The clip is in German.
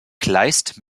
kleist